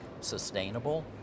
sustainable